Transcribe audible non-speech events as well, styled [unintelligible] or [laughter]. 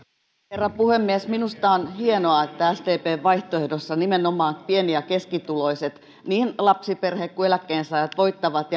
herra puhemies minusta on hienoa että sdpn vaihtoehdossa nimenomaan pieni ja keskituloiset niin lapsiperheet kuin eläkkeensaajat voittavat [unintelligible]